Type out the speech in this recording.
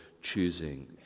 choosing